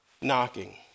knocking